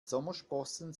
sommersprossen